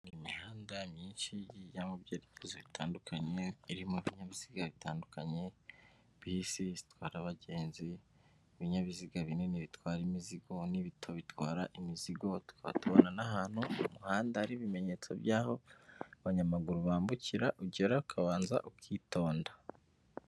Imihanda myinshi igiye ijya mu byerekezo bitandukanye, irimo ibinyabiziga bitandukanye bisi zitwara abagenzi, ibinyabiziga binini bitwara imizigo n'ibito bitwara imizigo tukaba tubona n'ahantu umuhanda hari ibimenyetso by'aho abanyamaguru bambukira ugera ukabanza ukitonda.